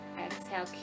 exhale